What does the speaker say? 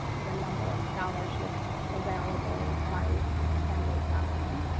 the number of scholarships available by twenty eight thousand.